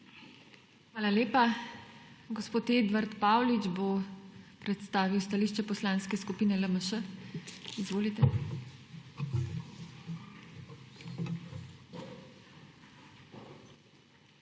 Hvala lepa. Gospod Edvard Paulič bo predstavil stališče Poslanske skupine LMŠ. Izvolite. EDVARD